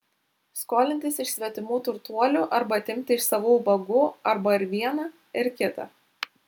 skolintis iš svetimų turtuolių arba atimti iš savų ubagų arba ir viena ir kita